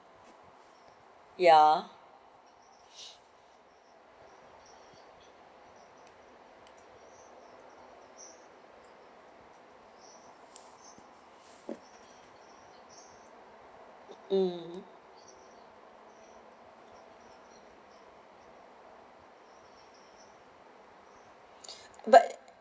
ya mm but